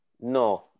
No